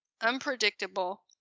unpredictable